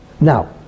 Now